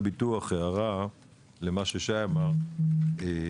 הערה לגבי מה ששי אמר בנושא הביטוח.